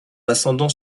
ascendant